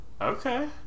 Okay